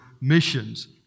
Missions